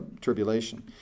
tribulation